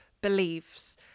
beliefs